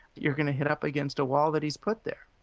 you're going to hit up against a wall that he's put there.